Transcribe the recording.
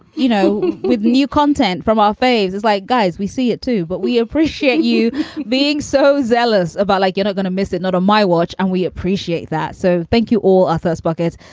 you know, with new content from our faves. it's like, guys, we see it, too. but we appreciate you being so zealous about like you not gonna miss it. not on my watch. and we appreciate that. so thank you all authors buckets.